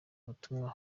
butumwa